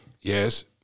Yes